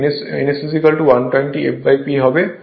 যে n S120 fP হবে